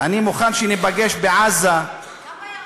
אני מוכן שניפגש בעזה, גם בירח.